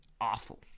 awful